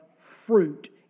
fruit